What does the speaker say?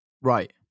Right